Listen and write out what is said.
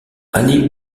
ali